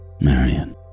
Marion